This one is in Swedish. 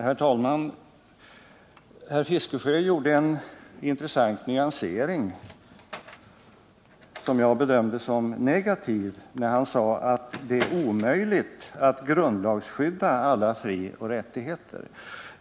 Herr talman! Herr Fiskesjö gjorde en intressant nyansering, som jag bedömde som negativ, när han sade att det är omöjligt att grundlagsskydda alla frioch rättigheter.